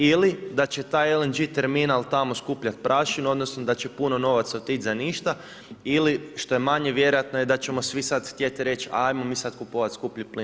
Ili da će taj LNG terminal tamo skupljat prašinu, odnosno da će puno novaca otić za ništa ili što je manje vjerojatno je da ćemo svi sad htjet reć ajmo mi sad kupovat skuplji plin.